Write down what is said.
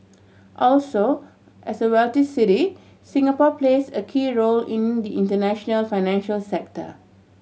also as a wealthy city Singapore plays a key role in the international financial sector